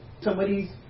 somebody's